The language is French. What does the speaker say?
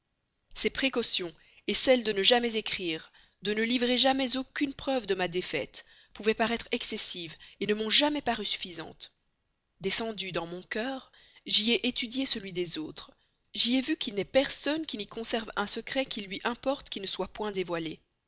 ces précautions celles de ne jamais écrire de ne livrer jamais aucune preuve de ma défaite pouvaient paraître excessives ne m'ont jamais paru suffisantes descendue dans mon cœur j'y ai étudié celui des autres j'y ai vu qu'il n'est personne qui n'y conserve un secret qu'il lui importe qui ne soit point dévoilé